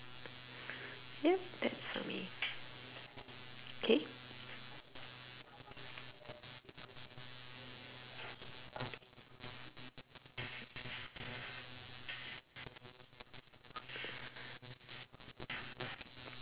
yup that's for me K